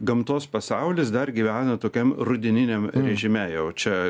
gamtos pasaulis dar gyvena tokiam rudeniniam režime jau čia